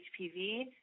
HPV